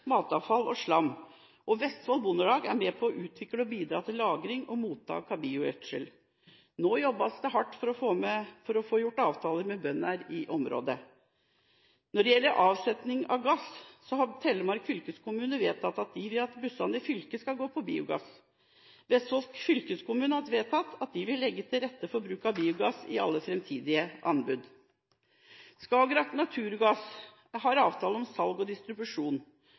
matavfall og slam. Vestfold Bondelag er med på å utvikle og bidrar med lagring og mottak av biogjødsel. Nå jobbes det hardt for å få gjort avtaler med bønder i området. Når det gjelder avsetning av gass, har Telemark fylkeskommune vedtatt at bussene i fylket skal gå på biogass. Vestfold fylkeskommune har vedtatt at de vil legge til rette for bruk av biogass i alle framtidige anbud. Skagerak Naturgass har avtale om salg og distribusjon